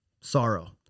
sorrow